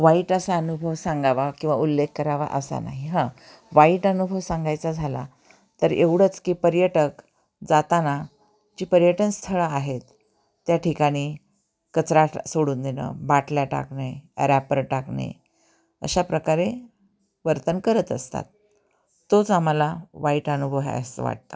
वाईट असा अनुभव सांगावा किंवा उल्लेख करावा असा नाही हं वाईट अनुभव सांगायचा झाला तर एवढंच की पर्यटक जाताना जी पर्यटन स्थळं आहेत त्या ठिकाणी कचरा सोडून देणं बाटल्या टाकणे रॅपर टाकणे अशा प्रकारे वर्तन करत असतात तोच आम्हाला वाईट अनुभव आहे असं वाटतं